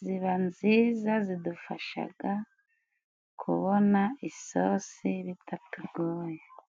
ziba nziza zidufashaga kubona isosi bitatugoye.